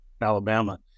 Alabama